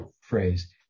Phrase